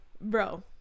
bro